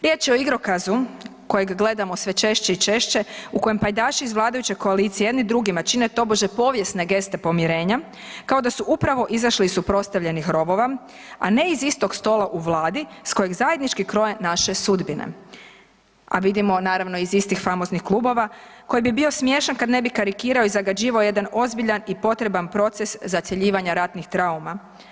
Riječ je o igrokazu kojeg gledamo sve češće i češće u kojem pajdaši iz vladajuće koalicije jedni drugi čine tobože povijesne geste pomirenja kao da su upravo izašli iz suprotstavljenih rovova, a ne iz istog stola u Vladi s kojeg zajednički kroje naše sudbine, a vidimo naravno iz istih famoznih klubova koji bi bio smiješan kad ne bi karikirao i zagađivao jedan ozbiljan i potreban proces zacjeljivanja ratnih trauma.